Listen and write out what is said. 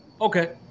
okay